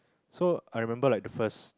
so I remember like the first